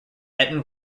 eton